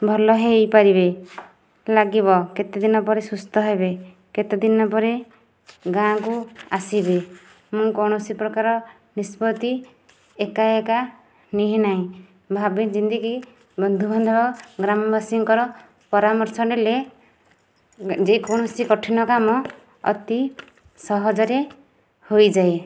ଭଲ ହୋଇପାରିବେ ଲାଗିବ କେତେଦିନ ପରେ ସୁସ୍ଥ ହେବେ କେତେଦିନ ପରେ ଗାଁକୁ ଆସିବି ମୁଁ କୌଣସି ପ୍ରକାର ନିଷ୍ପତ୍ତି ଏକା ଏକା ନିଏ ନାହିଁ ଭାବି ଚିନ୍ତିକି ବନ୍ଧୁବାନ୍ଧବ ଗ୍ରାମବାସୀଙ୍କର ପରାମର୍ଶ ନେଲେ ଯେ କୌଣସି କଠିନ କାମ ଅତି ସହଜରେ ହୋଇଯାଏ